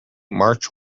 march